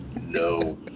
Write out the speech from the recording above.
No